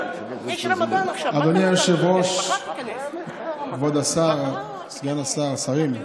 אדוני היושב-ראש, כבוד השר, סגן השר, שרים,